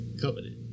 covenant